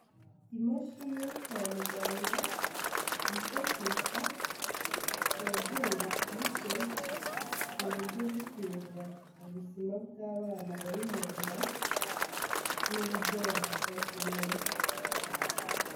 Imashini yo kwa muganga yifashishwa ku babyeyi batwite mu buryo bwo kumenya ubuzima bw'abana bari mu nda n'uburyo bahagazemo.